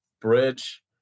bridge